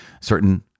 certain